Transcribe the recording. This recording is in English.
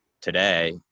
today